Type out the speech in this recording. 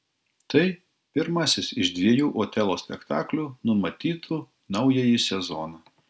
tai pirmasis iš dviejų otelo spektaklių numatytų naująjį sezoną